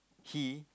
he